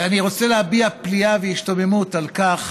אני רוצה להביע פליאה והשתוממות על כך